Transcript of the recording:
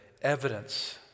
evidence